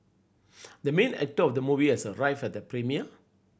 the main actor of the movie has arrived at the premiere